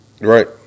right